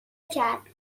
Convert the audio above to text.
کردی